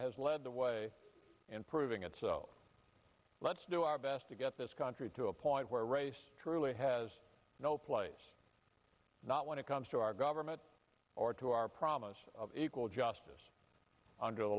has led the way in proving it so let's do our best to get this country to a point where truly has no place not when it comes to our government or to our promise of equal justice under the